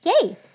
Yay